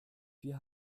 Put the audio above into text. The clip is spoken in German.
wir